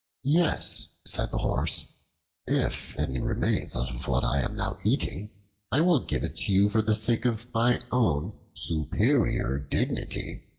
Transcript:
yes, said the horse if any remains out of what i am now eating i will give it you for the sake of my own superior dignity,